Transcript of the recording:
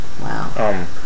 Wow